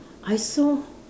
I saw